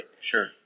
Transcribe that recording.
Sure